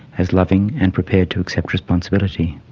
as loving and prepared to accept responsibility.